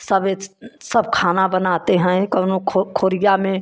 सब सब खाना बनाते हैं कौनो खोरिया में